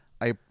I-